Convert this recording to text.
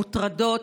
מוטרדות,